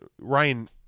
Ryan